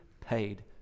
paid